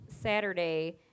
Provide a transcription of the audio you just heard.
Saturday